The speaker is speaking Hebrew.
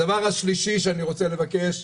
הדבר השלישי שאני רוצה לבקש,